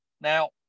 Now